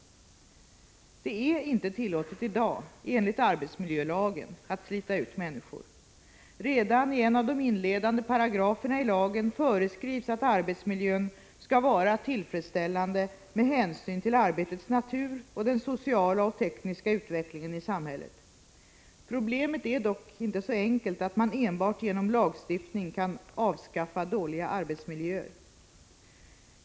Det är inte tillåtet i dag enligt arbetsmiljölagen att slita ut människor. Redan i en av de inledande paragraferna i lagen föreskrivs att arbetsmiljön skall vara tillfredsställande med hänsyn till arbetets natur och den sociala och tekniska utvecklingen i samhället. Problemet är dock inte så enkelt att man enbart genom lagstiftning kan avskaffa dåliga arbetsmiljöer.